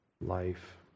life